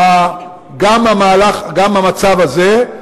כך גם המצב הזה.